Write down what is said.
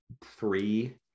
three